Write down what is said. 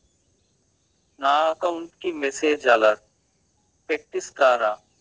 నా అకౌంట్ కి message alert పెట్టిస్తారా